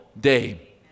day